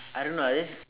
I don't know I just